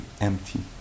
empty